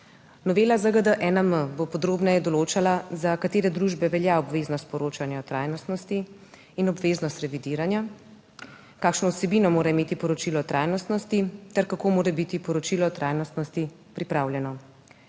Novela ZGD-1M bo podrobneje določala, za katere družbe velja obveznost poročanja o trajnostnosti in obveznost revidiranja, kakšno vsebino mora imeti poročilo o trajnostnosti ter kako mora biti poročilo o trajnostnosti pripravljeno.